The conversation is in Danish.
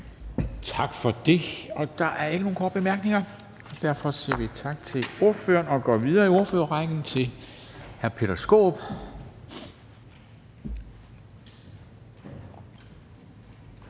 Tak for det, og der er ikke nogen korte bemærkninger. Derfor siger vi tak til ordføreren og går videre i ordførerrækken til hr. Peter